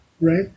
Right